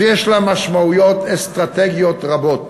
שיש לה משמעויות אסטרטגיות רבות.